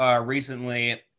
recently